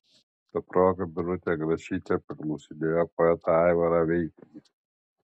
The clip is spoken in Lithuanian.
ta proga birutė grašytė paklausinėjo poetą aivarą veiknį